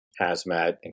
HAZMAT